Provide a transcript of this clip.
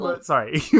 Sorry